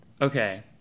okay